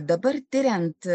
dabar tiriant